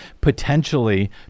potentially